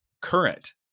current